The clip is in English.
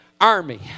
army